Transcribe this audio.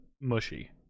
mushy